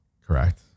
Correct